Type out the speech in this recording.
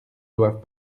doivent